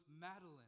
Madeline